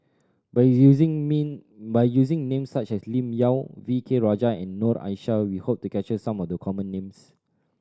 by using name by using names such as Lim Yau V K Rajah and Noor Aishah we hope to capture some of the common names